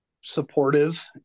supportive